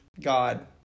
God